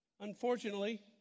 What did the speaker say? Unfortunately